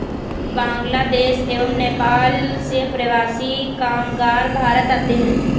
बांग्लादेश एवं नेपाल से प्रवासी कामगार भारत आते हैं